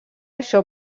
això